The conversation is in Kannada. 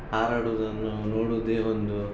ಹಾರಾಡೋದನ್ನು ನೋಡೋದೇ ಒಂದು